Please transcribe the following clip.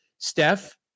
Steph